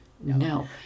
no